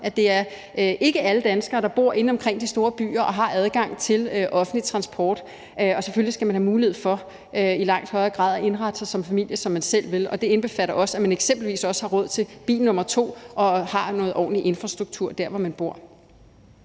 at ikke alle danskere bor inde omkring de store byer og har adgang til offentlig transport. Og selvfølgelig skal man have mulighed for i langt højere grad at indrette sig som familie, som man selv vil. Og det indbefatter også, at man eksempelvis har råd til bil nummer to og har en ordentlig infrastruktur der, hvor man bor.